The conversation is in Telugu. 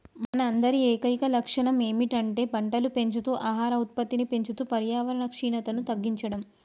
మన అందరి ఏకైక లక్షణం ఏమిటంటే పంటలు పెంచుతూ ఆహార ఉత్పత్తిని పెంచుతూ పర్యావరణ క్షీణతను తగ్గించడం